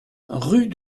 rue